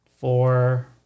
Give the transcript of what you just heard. four